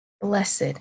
Blessed